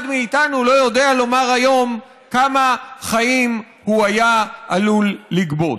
מאיתנו לא יודע לומר היום כמה חיים הוא היה עלול לגבות.